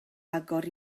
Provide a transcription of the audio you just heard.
agor